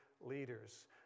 leaders